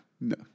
No